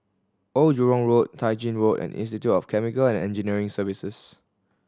Old Jurong Road Tai Gin Road and Institute of Chemical and Engineering Services